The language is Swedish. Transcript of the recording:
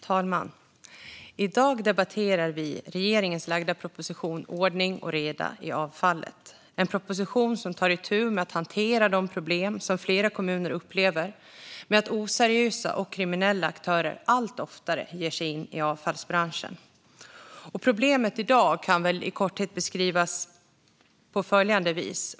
Herr talman! I dag debatterar vi regeringens lagda proposition Ordning och reda på avfallet . Det är en proposition som tar itu med att hantera de problem som flera kommuner upplever med att oseriösa och kriminella aktörer allt oftare ger sig in i avfallsbranschen. Problemet i dag kan i korthet beskrivas på följande vis.